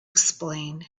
explain